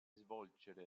svolgere